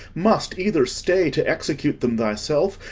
must either stay to execute them thyself,